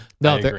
No